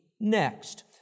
next